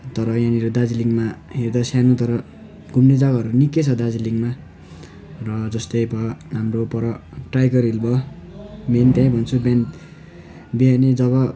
तर यहाँनिर दार्जिलिङमा हेर्दा सानो तर घुम्ने जग्गाहरू निकै छ दार्जिलिङमा र जस्तै भयो हाम्रो पर टाइगर हिल भयो मेन त्यही भन्छु मेन बिहानै जब